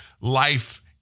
life